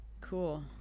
Cool